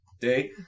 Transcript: Day